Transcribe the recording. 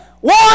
One